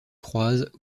croisent